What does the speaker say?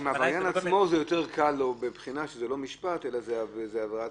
זו אותה עבירה